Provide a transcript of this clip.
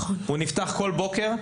הוא נפתח בכל בוקר,